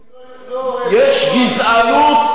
יש גזענות גדולה מזאת?